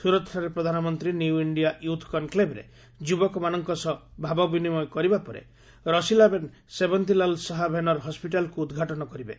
ସୁରତ୍ଠାରେ ପ୍ରଧାନମନ୍ତ୍ରୀ new India youth କନ୍କ୍ଲେଭ୍ରେ ଯୁବକମାନଙ୍କ ସହ ଭାବ ବିନିମୟ କରିବା ପରେ ରସିଲାବେନ୍ ସେବନ୍ତୀଲାଲ୍ ଶାହ ଭେନର୍ ହସ୍କିଟାଲ୍କୁ ଉଦ୍ଘାଟନ କରିବେ